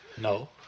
No